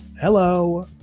Hello